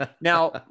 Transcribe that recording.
now